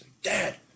Dad